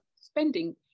spending